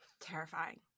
terrifying